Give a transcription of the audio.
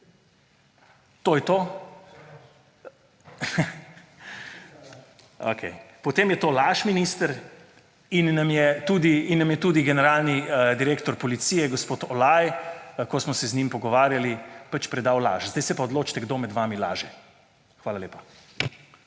Okej, potem je to laž, minister. In nam je tudi generalni direktor policije gospod Olaj, ko smo se z njim pogovarjali, pač predal laž. Zdaj se pa odločite, kdo med vami laže. Hvala lepa.